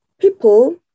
people